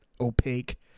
opaque